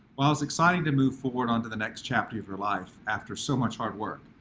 while it's exciting to move forward on to the next chapter of your life after so much hard work.